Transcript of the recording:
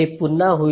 हे पुन्हा होईल